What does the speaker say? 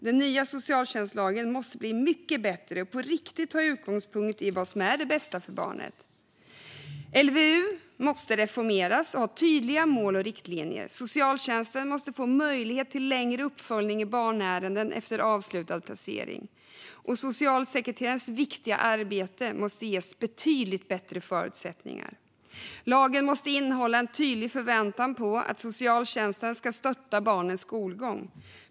Den nya socialtjänstlagen måste bli mycket bättre och på riktigt ta utgångspunkt i vad som är det bästa för barnet. LVU måste reformeras och ha tydliga mål och riktlinjer. Socialtjänsten måste få möjlighet till längre uppföljning i barnärenden efter avslutad placering, och socialsekreterarens viktiga arbete måste ges betydligt bättre förutsättningar. Lagen måste innehålla en tydlig förväntan på att socialtjänsten ska stötta barnens skolgång.